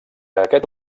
aquest